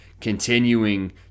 continuing